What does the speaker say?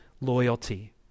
loyalty